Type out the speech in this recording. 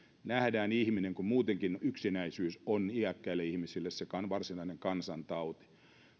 nähdään ihminen kun muutenkin yksinäisyys on iäkkäille ihmisille se varsinainen kansantauti